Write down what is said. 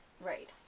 Right